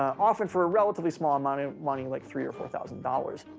often for a relatively small amount of money, like three or four thousand dollars.